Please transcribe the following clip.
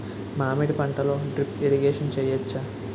మామిడి పంటలో drip irrigation చేయచ్చా?